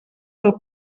del